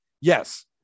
Yes